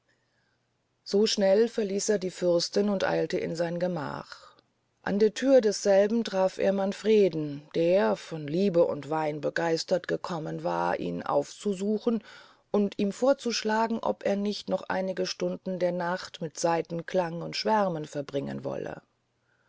so schnell verließ er die fürstin und eilte in sein gemach an der thür desselben traf er manfreden der von liebe und wein begeistert gekommen war ihn aufzusuchen und ihm vorzuschlagen ob er nicht noch einige stunden der nacht mit saitenklang und schwärmen verbringen wolle